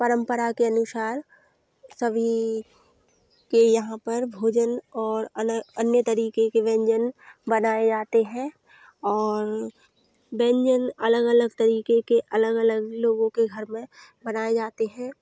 परम्परा के अनुसार सभी के यहाँ पर भोजन और अन अन्य तरीके के व्यंजन बनाए जाते हैं और व्यंजन अलग अलग तरीके के अलग अलग लोगों के घर में बनाए जाते हैं